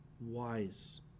Wise